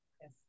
Yes